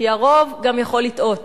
כי הרוב גם יכול לטעות.